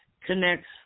connects